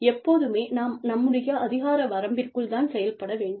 எப்போதுமே நாம் நம்முடைய அதிகார வரம்பிற்குள் தான் செயல்பட வேண்டும்